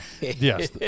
yes